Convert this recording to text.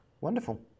Wonderful